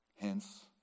Hence